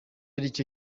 aricyo